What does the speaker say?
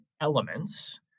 elements